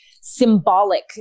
symbolic